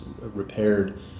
repaired